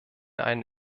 einen